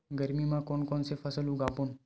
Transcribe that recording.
गरमी मा कोन कौन से फसल उगाबोन?